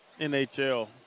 NHL